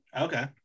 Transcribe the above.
Okay